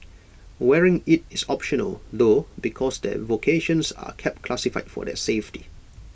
wearing IT is optional though because their vocations are kept classified for their safety